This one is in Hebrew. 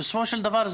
ובסופו של דבר,